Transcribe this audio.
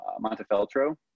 montefeltro